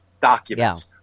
documents